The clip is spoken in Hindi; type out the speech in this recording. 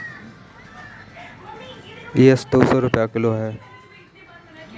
सुंदरपुर हटिया में लोबिया की कीमत दो सौ रुपए किलो है